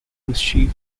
mischief